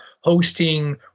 hosting